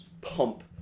pump